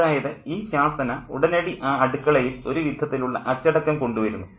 അതായത് ഈ ശാസന ഉടനടി ആ അടുക്കളയിൽ ഒരു വിധത്തിലുള്ള അച്ചടക്കം കൊണ്ടുവരുന്നു